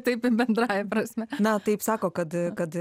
taip i bendrąja prasme na taip sako kad kad